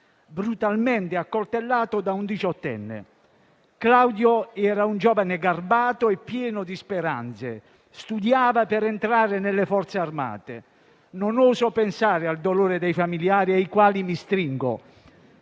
brutalmente accoltellato da un diciottenne. Claudio era un giovane garbato e pieno di speranze, che studiava per entrare nelle Forze armate. Non oso pensare al dolore dei familiari, ai quali mi stringo.